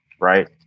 right